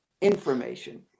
information